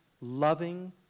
loving